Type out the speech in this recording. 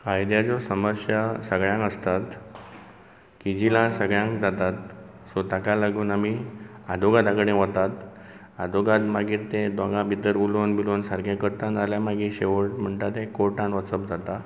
कायद्याच्यो समस्या सगळ्यांक आसतात किजिलां सगळ्याक जातात सो ताका लागून आमी आदवोगादा कडेन वतात आदवोगाद मागीर ते दोगां भितर उलोवन बिलोवन सारकें करता नाजाल्यार मागीर शेवट म्हणटा ते कोर्टांत वचप जाता